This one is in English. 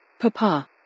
Papa